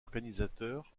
organisateur